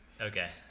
Okay